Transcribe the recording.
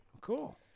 Cool